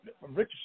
Richardson